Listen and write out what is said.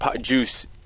juice